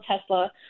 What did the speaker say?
tesla